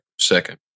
second